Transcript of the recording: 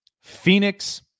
Phoenix